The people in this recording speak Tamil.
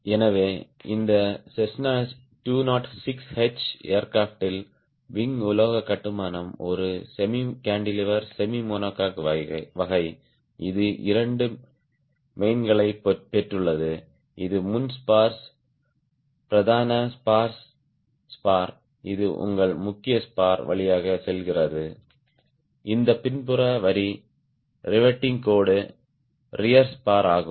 எனவே இந்த செஸ்னா 206 எச் ஏர்கிராப்ட்ல் விங் உலோக கட்டுமானம் ஒரு செமி கான்டிலீவர் செமிமோனோகோக் வகை இது இரண்டு மெயின்களைப் பெற்றுள்ளது இது முன் ஸ்பார் பிரதான ஸ்பார் இது உங்கள் முக்கிய ஸ்பார் வழியாக செல்கிறது இந்த பின்புற வரி ரிவெட்டிங் கோடு ரியர் ஸ்பார் ஆகும்